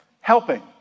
helping